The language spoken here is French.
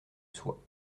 soi